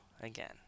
again